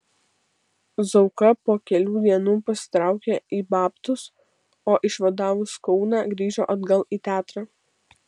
zauka po kelių dienų pasitraukė į babtus o išvadavus kauną grįžo atgal į teatrą